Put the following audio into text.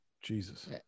Jesus